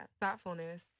Thoughtfulness